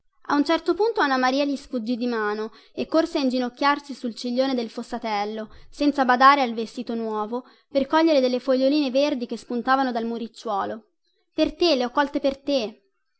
a un certo punto anna maria gli sfuggì di mano e corse a inginocchiarsi sul ciglione del fossatello senza badare al vestito nuovo per cogliere delle foglioline verdi che spuntavano dal muricciuolo per te le ho colte per te